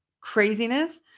craziness